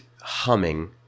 humming